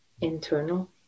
internal